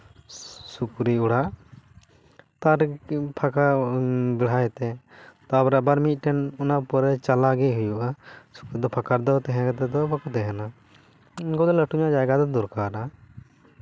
ᱥᱩᱠᱨᱤ ᱚᱲᱟᱜ ᱛᱟᱨ ᱯᱷᱟᱸᱠᱟ ᱵᱮᱲᱦᱟᱭ ᱛᱮ ᱛᱟᱯᱚᱨᱮ ᱟᱵᱟᱨ ᱢᱤᱫᱴᱮᱱ ᱚᱱᱟ ᱯᱚᱨᱮ ᱪᱟᱞᱟ ᱜᱮ ᱦᱩᱭᱩᱜᱼᱟ ᱥᱩᱠᱨᱤ ᱫᱚ ᱯᱷᱟᱸᱠᱟ ᱨᱮᱫᱚ ᱛᱟᱦᱮᱸ ᱛᱮᱫᱚ ᱵᱟᱠᱚ ᱛᱟᱦᱮᱱᱟ ᱩᱱᱠᱩ ᱫᱚ ᱞᱟᱹᱴᱩ ᱧᱚᱜ ᱡᱟᱭᱜᱟ ᱫᱚ ᱫᱚᱨᱠᱟᱨᱟ